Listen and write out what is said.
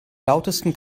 lautesten